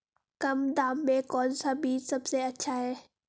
कम दाम में कौन सा बीज सबसे अच्छा है?